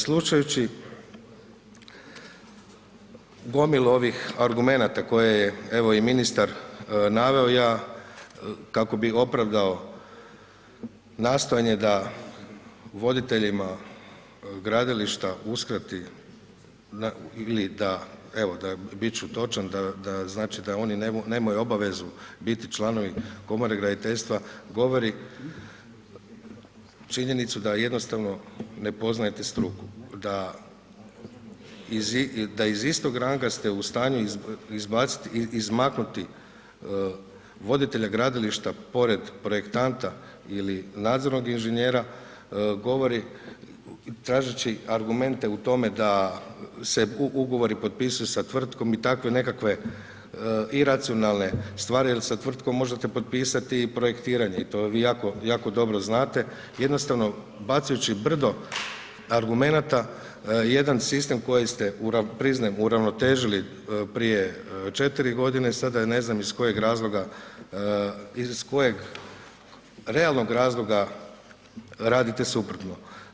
Slušajući gomilu ovih argumenata koje je evo i ministar naveo ja kako bi opravdao nastojanje da voditeljima gradilišta uskrati ili da evo, bit ću točan, da znači da oni nemaju obavezu biti članovi Komore graditeljstva, govori činjenicu da jednostavno ne poznajete struku, da iz istog ranga ste u stanju izbaciti, izmaknuti voditelja gradilišta pored projektanta ili nadzornog inženjera, govori tražeći argumente u tome da se ugovori potpisuju sa tvrtkom i takve nekakve iracionalne stvari jer sa tvrtkom možete potpisati i projektiranje i to vi jako dobro znate, jednostavno bacajući brdo argumenata, jedan sistem koji ste priznajem uravnotežili prije 4 g., sada je ne znam iz kojeg razloga, iz kojeg realnog razloga radite suprotno.